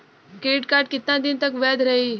Credit card कितना दिन तक वैध रही?